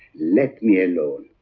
let me alone.